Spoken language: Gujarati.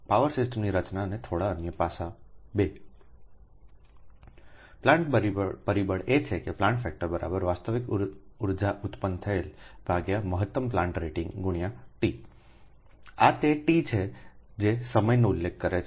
પ્લાન્ટ પરિબળ એ છે કે પ્લાન્ટ ફેક્ટર વાસ્તવિક ઉર્જા ઉત્પન્ન થયેલ મહત્તમ પ્લાન્ટ રેટિંગ X T આ તે ટી છે જે સમયનો ઉલ્લેખ કરે છે